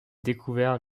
découvert